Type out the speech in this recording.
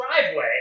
driveway